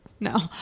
No